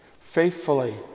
faithfully